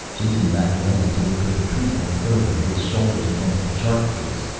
jason backed away until he could retreat no further, his shoulders against the chart case.